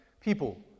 People